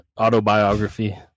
autobiography